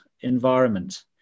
environment